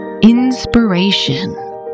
Inspiration